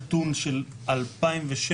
ב-2006,